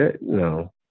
no